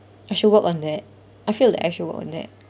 I should work on that I feel like I should work on that